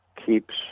keeps